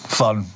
fun